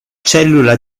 cellula